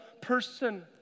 person